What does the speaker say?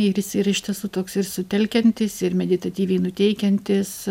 ir jis yra iš tiesų toks ir sutelkiantis ir meditatyviai nuteikiantis